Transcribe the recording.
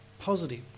positive